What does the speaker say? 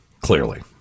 clearly